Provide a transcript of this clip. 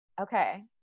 okay